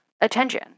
attention